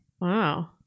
Wow